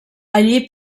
allí